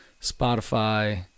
Spotify